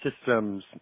Systems